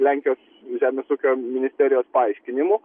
lenkijos žemės ūkio ministerijos paaiškinimų